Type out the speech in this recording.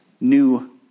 new